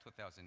2,000